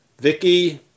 Vicky